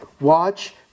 Watch